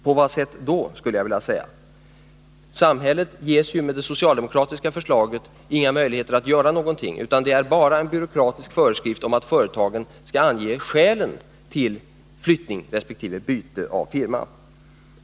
På vad sätt då? Samhället ges ju enligt det socialdemokratiska förslaget inga möjligheter att göra någonting, utan förslaget innehåller bara en byråkratisk föreskrift om att företagen skall ange skälen till flyttning resp. byte av firma.